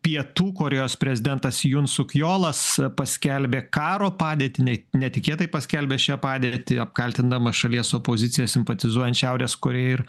pietų korėjos prezidentas jun suk jolas paskelbė karo padėtį ne netikėtai paskelbė šią padėtį apkaltindamas šalies opoziciją simpatizuojant šiaurės korėjai ir